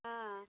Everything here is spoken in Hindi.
हाँ